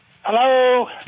Hello